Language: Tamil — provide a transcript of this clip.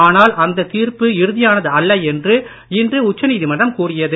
ஆனால் அந்த தீர்ப்பு இறுதியானது அல்ல என்று இன்று உச்ச நீதிமன்றம் கூறியது